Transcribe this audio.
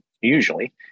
usually